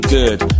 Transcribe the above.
good